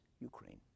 Ukraine